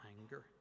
anger